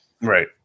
Right